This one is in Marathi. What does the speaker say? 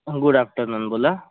गुड आफ्टरनून बोला